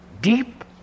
deep